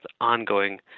ongoing